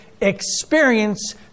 experience